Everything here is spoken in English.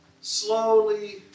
slowly